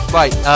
right